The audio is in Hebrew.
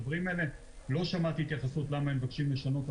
ולא שמעתי התייחסות למה הם מבקשים לשנות את